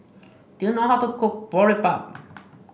do you know how to cook Boribap